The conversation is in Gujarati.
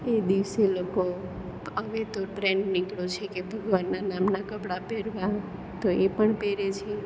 એ દિવસે લોકો હવે તો ટ્રેન્ડ નીકળ્યો છે કે ભગવાનનાં નામનાં કપડાં પહેરવાં તો એ પણ પહેરે છે